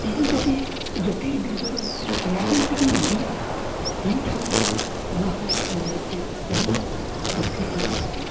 ᱤᱧ ᱡᱩᱫᱤ ᱡᱳᱛᱤᱨ ᱵᱤᱨᱫᱟᱹ ᱫᱚ ᱢᱤᱫᱴᱤᱡ ᱠᱮᱨᱤᱭᱟᱨ ᱢᱮᱱᱛᱮᱜᱮᱧ ᱵᱷᱟᱹᱵᱤᱭᱟ ᱮᱱᱠᱷᱟᱱ ᱫᱚ ᱤᱧ ᱞᱟᱹᱜᱤᱫᱛᱮ ᱟᱹᱰᱤ ᱨᱟᱹᱥᱠᱟᱹ ᱨᱮᱱᱟᱜ ᱠᱟᱛᱷᱟ ᱠᱟᱱᱟ